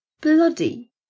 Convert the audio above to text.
bloody